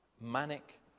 manic